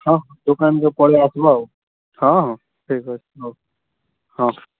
ହଁ ଦୋକାନ୍କୁ ପଲେଇ ଆସିବ ଆଉ ହଁ ହଁ ଠିକ୍ ଅଛି ରହୁଛି ହଁ